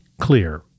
clear